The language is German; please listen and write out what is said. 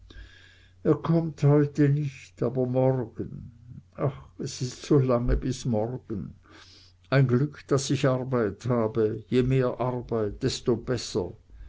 er kommt heute nicht aber morgen ach es ist so lange bis morgen ein glück daß ich arbeit habe je mehr arbeit desto besser